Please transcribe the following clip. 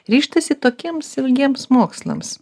ryžtasi tokiems ilgiems mokslams